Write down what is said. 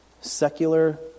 secular